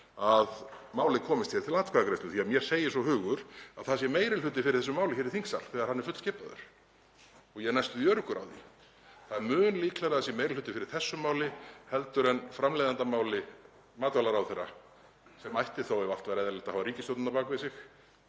að málið komist hér til atkvæðagreiðslu því að mér segir svo hugur að það sé meiri hluti fyrir þessu máli hér í þingsal þegar hann er fullskipaður. Ég er næstum því öruggur á því. Það er mun líklegra að það sé meiri hluti fyrir þessu máli heldur en framleiðendamáli matvælaráðherra sem ætti þó ef allt væri eðlilegt að hafa ríkisstjórnina á bak við sig,